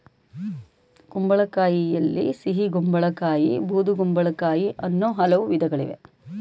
ಕುಂಬಳಕಾಯಿಯಲ್ಲಿ ಸಿಹಿಗುಂಬಳ ಕಾಯಿ ಬೂದುಗುಂಬಳಕಾಯಿ ಅನ್ನೂ ಹಲವು ವಿಧಗಳಿವೆ